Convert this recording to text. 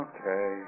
Okay